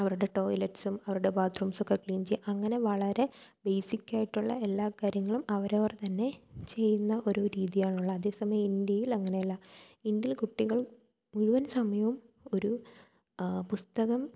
അവരുടെ ടോയ്ലെറ്റ്സും അവരുടെ ബാത്റൂംസൊക്കെ ക്ലീൻ ചെയ്യുക അങ്ങനെ വളരെ ബേസിക്കായിട്ടുള്ള എല്ലാ കാര്യങ്ങളും അവരവർ തന്നെ ചെയ്യുന്ന ഒരു രീതിയാണുള്ളത് അതേസമയം ഇന്ത്യയിൽ അങ്ങനെയല്ല ഇന്ത്യയിൽ കുട്ടികൾ മുഴുവൻ സമയവും ഒരു പുസ്തകം